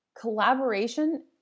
Collaboration